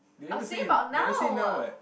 they never say never say now [what]